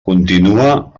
continua